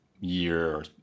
year